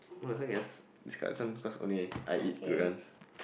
no as long as cause only I eat durians